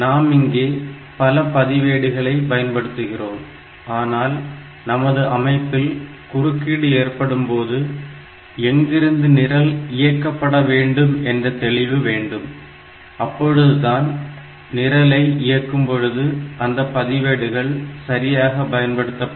நாம் இங்கே பல பதிவேடுகளை பயன்படுத்துகிறோம் அதனால் நமது அமைப்பில் குறுக்கீடு ஏற்படும்போது எங்கிருந்து நிரல் இயக்கப்பட வேண்டும் என்ற தெளிவு வேண்டும் அப்பொழுதுதான் நிரலை இயக்கும் பொழுது அந்த பதிவேடுகள் சரியாக பயன்படுத்தப்படும்